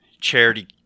charity